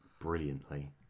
brilliantly